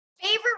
Favorite